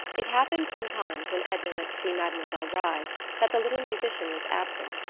it happened sometimes when edna went to see mademoiselle reisz that the little musician was absent,